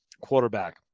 quarterback